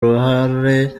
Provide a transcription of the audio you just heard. uruhare